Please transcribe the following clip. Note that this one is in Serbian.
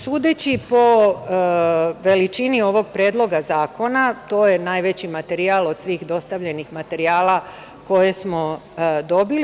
Sudeći po veličini ovog Predloga zakona, to je najveći materijal od svih dostavljenih materijala, koje smo dobili.